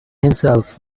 himself